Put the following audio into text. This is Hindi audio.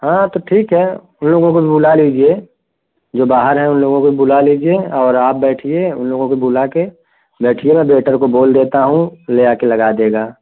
हाँ तो ठीक है उन लोगों को भी बुला लीजिए जो बाहर हैं उन लोगों को भी बुला लीजिए और आप बैठिए उन लोगों को बुला कर बैठिए मैं वेटर को बोल देता हूँ लेआ कर लगा देगा